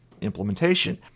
implementation